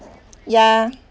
ya